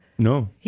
No